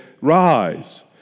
Rise